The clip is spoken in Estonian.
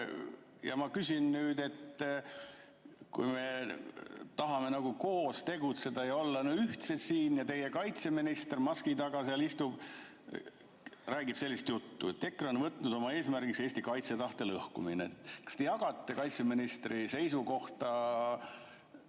Ma nüüd küsin. Me tahame koos tegutseda ja olla ühtsed siin, aga teie kaitseminister, maski taga ta seal istub, räägib sellist juttu, et EKRE on võtnud oma eesmärgiks Eesti kaitsetahte lõhkumise. Kas te jagate kaitseministri seisukohta